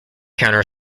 counter